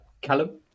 Callum